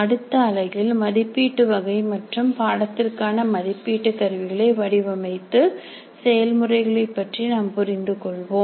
அடுத்த அலகில் மதிப்பீட்டு வகை மற்றும் பாடத்திற்கான மதிப்பீட்டு கருவிகளை வடிவமைப்பு செயல்முறைகள் பற்றி நாம் புரிந்து கொள்வோம்